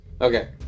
Okay